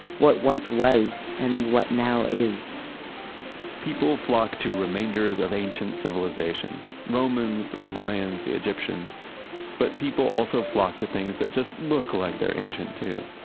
what once was and what now is people flock to remainders of ancient civilizations. romans, the mayans, the egyptians but people also flock to things that just look like they're ancient too.